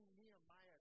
Nehemiah